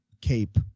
cape